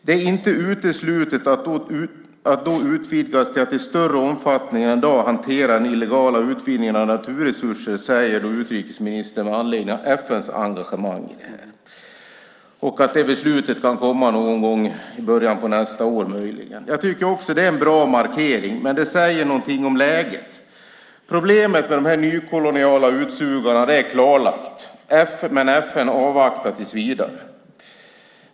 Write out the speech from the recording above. "Det är inte uteslutet att mandatet då utvidgas till att i större omfattning än i dag hantera den illegala utvinningen av naturresurser", säger utrikesministern med anledning av FN:s engagemang i det här. Det beslutet kan möjligen komma någon gång i början av nästa år. Också det är en bra markering, men det säger någonting om läget. Problemet med de nykoloniala utsugarna är klarlagt, men FN avvaktar tills vidare.